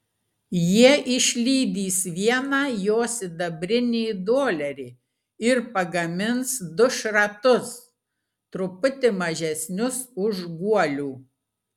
jie išlydys vieną jo sidabrinį dolerį ir pagamins du šratus truputį mažesnius už guolių